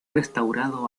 restaurado